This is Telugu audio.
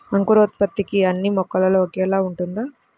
అంకురోత్పత్తి అన్నీ మొక్కలో ఒకేలా ఉంటుందా?